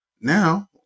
Now